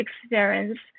experience